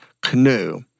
Canoe